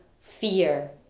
fear